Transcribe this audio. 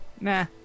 Nah